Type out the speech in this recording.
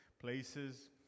places